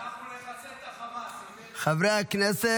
אנחנו לא נעצור את צה"ל --- חברי הכנסת.